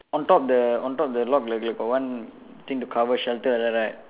on top the on top the lock like like got one thing to cover shelter like that right